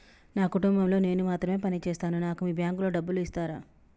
నా కుటుంబం లో నేను మాత్రమే పని చేస్తాను నాకు మీ బ్యాంకు లో డబ్బులు ఇస్తరా?